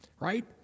Right